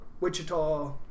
Wichita